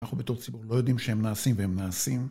אנחנו בתור ציבור לא יודעים שהם נעשים והם נעשים